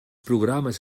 programes